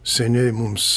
seniai mums